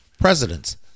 presidents